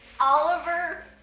Oliver